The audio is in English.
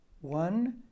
one